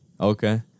Okay